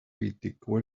criticó